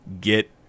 Get